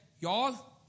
Y'all